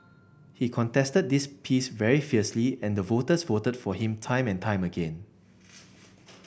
he contested this piece very fiercely and the voters voted for him time and time again